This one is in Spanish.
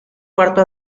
cuarto